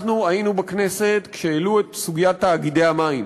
אנחנו היינו בכנסת כשהעלו את סוגיית תאגידי המים,